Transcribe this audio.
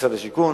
למשרד השיכון.